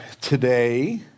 today